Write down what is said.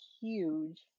huge